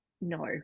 No